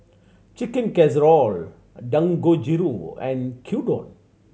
Chicken Casserole Dangojiru and Gyudon